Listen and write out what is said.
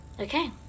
Okay